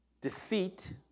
deceit